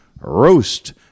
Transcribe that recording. Roast